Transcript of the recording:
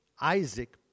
Isaac